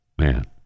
man